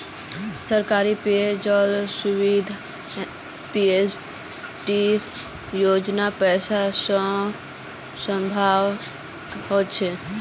सरकारी पेय जल सुविधा पीएफडीपी योजनार पैसा स संभव हल छ